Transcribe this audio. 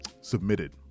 submitted